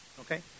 Okay